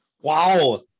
Wow